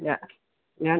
ഇല്ല ഞാൻ